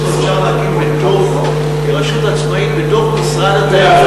האם את הרשות הזאת אפשר להקים כרשות עצמאית בתוך משרד התיירות,